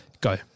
Go